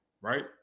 right